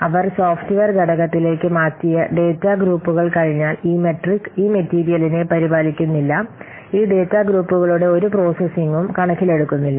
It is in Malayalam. അവർ സോഫ്റ്റ്വെയർ ഘടകത്തിലേക്ക് മാറ്റിയ ഡാറ്റാ ഗ്രൂപ്പുകൾ കഴിഞ്ഞാൽ ഈ മെട്രിക് ഈ മെറ്റീരിയലിനെ പരിപാലിക്കുന്നില്ല ഈ ഡാറ്റ ഗ്രൂപ്പുകളുടെ ഒരു പ്രോസസ്സിംഗും കണക്കിലെടുക്കുന്നില്ല